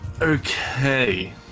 Okay